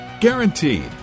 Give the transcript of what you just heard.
Guaranteed